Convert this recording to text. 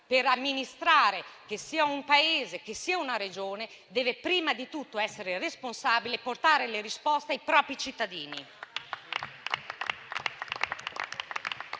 per amministrare, che sia un Paese o sia una Regione, deve prima di tutto essere responsabile e portare le risposte ai propri cittadini